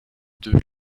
deux